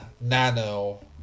Nano